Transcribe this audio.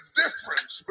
difference